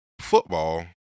football